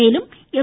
மேலும் எம்